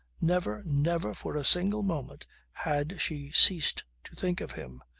never, never for a single moment had she ceased to think of him.